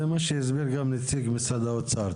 זה מה שהסביר גם נציג משרד האוצר,